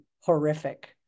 horrific